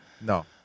No